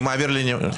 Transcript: מי נמנע?